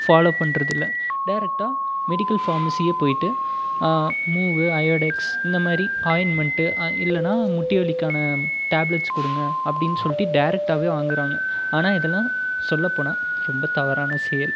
follow பண்றது இல்ல டேரக்ட்டாக மெடிக்கல் ஃபார்மஸிக்கே போயிவிட்டு மூவு அயோடெக்ஸ் இந்தமாதிரி ஆயின்மென்ட்டு இல்லைனா முட்டி வலிக்கான டேப்லெட்ஸ் கொடுங்க அப்படின்னு சொல்லிவிட்டு டேரக்ட்டாகவே வாங்குறாங்க ஆனால் இதலான் சொல்லப்போனா ரொம்ப தவறான செயல்